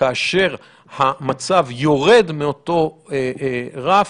כאשר המצב יורד מאותו רף,